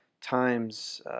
times